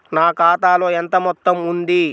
నా ఖాతాలో ఎంత మొత్తం ఉంది?